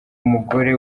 umugore